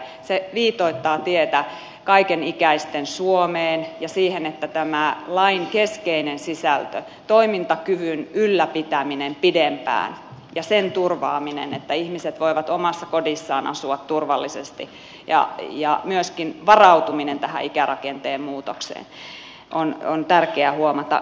se viitoittaa tietä kaikenikäisten suomeen ja siihen että tämä lain keskeinen sisältö toimintakyvyn ylläpitäminen pidempään ja sen turvaaminen että ihmiset voivat omassa kodissaan asua turvallisesti ja myöskin varautuminen tähän ikärakenteen muutokseen on tärkeää huomata